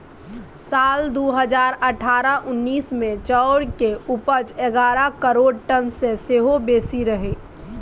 साल दु हजार अठारह उन्नैस मे चाउर केर उपज एगारह करोड़ टन सँ सेहो बेसी रहइ